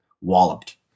walloped